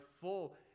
full